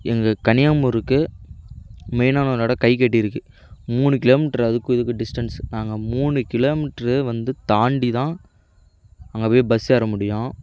எங்கள் கனியாமூருக்கு மெயின்னான ஒருஇ டம் கைக்காட்டி இருக்குது மூணு கிலோமீட்ரு அதுக்கும் இதுக்கும் டிஸ்டன்ஸு நாங்கள் மூணு கிலோமீட்ரு வந்து தாண்டி தான் அங்கே போய் பஸ் ஏற முடியும்